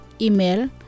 Email